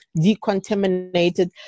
decontaminated